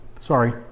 Sorry